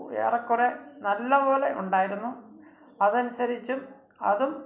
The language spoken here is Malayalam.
ഏറെക്കുറേ നല്ലപോലെ ഉണ്ടായിരുന്നു അതനുസരിച്ചും അതും